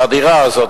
לדירה הזאת,